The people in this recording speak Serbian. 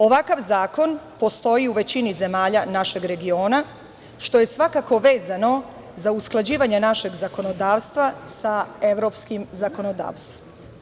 Ovakav zakon postoji u većini zemalja našeg regiona, što je svakako vezano za usklađivanje našeg zakonodavstva sa evropskim zakonodavstvom.